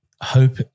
hope